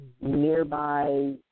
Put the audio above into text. nearby